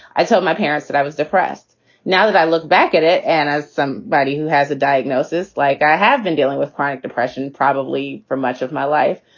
i told my parents that i was depressed now that i look back at it and as somebody who has a diagnosis, like i have been dealing with chronic depression probably for much of my life.